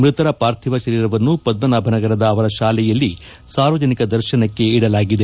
ಮೃತರ ಪಾರ್ಥಿವ ಶರೀರವನ್ನು ಪದ್ಮನಾಭನಗರದ ಅವರ ಶಾಲೆಯಲ್ಲಿ ಸಾರ್ವಜನಿಕರ ದರ್ಶನಕ್ಕೆ ಇದೆಲಾಗಿದೆ